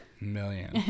million